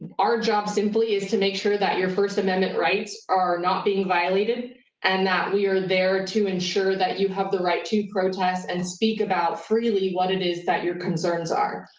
our job simply is to make sure that your first amendment rights are not being violated and that we are there to ensure that you have the right to protect and speak about freely what it is that your concerns are.